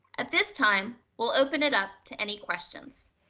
at this time. we'll open it up to any questions.